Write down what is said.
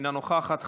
אינה נוכחת,